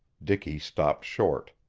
dicky stopped short.